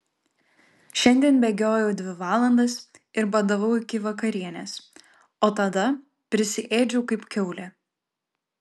šiandien bėgiojau dvi valandas ir badavau iki vakarienės o tada prisiėdžiau kaip kiaulė